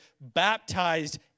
baptized